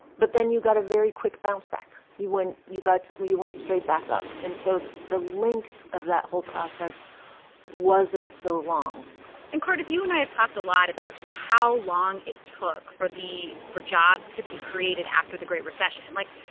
but then you got a very quick bounce back. you went you got you you went straight back up. and so the the length of that whole process wasn't so long and, cardiff, you and i have talked a lot about just how long it took for the for jobs to be created after the great recession. like,